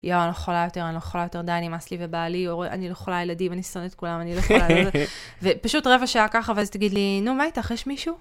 יואו, אני לא יכולה יותר, אני לא יכולה יותר, דני, נמאס לי מבעלי, אני לא יכולה, הילדים, אני שונא את כולם, אני לא יכולה, ופשוט רבע ככה, ואז תגיד לי, נו, מה איתך, יש מישהו?